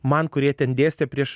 man kurie ten dėstė prieš